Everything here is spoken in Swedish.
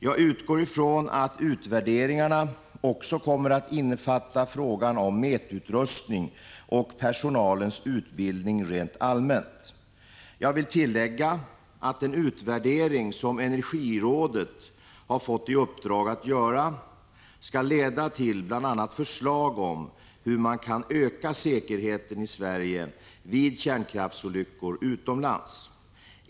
Jag utgår ifrån att utvärderingarna också kommer att innefatta frågan om mätutrustning och personalens utbildning rent allmänt. Jag vill tillägga att den utvärdering som energirådet har fått i uppdrag att göra skall leda till bl.a. förslag om hur man kan öka säkerheten i Sverige vid kärnkraftsolyckor utomlands.